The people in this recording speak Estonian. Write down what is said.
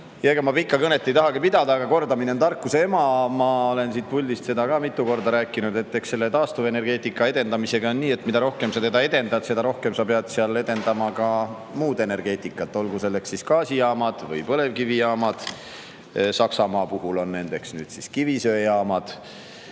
ma pikka kõnet ei tahagi pidada, aga kordamine on tarkuse ema. Ma olen ka siit puldist mitu korda rääkinud, et eks taastuvenergeetika edendamisega on nii, et mida rohkem sa seda edendad, seda rohkem pead sa edendama ka muud energeetikat, olgu need siis gaasijaamad või põlevkivijaamad. Saksamaa puhul on nendeks nüüd kivisöejaamad.